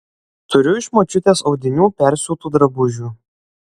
turiu iš močiutės audinių persiūtų drabužių